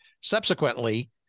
subsequently